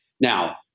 Now